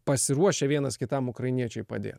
pasiruošę vienas kitam ukrainiečiai padėt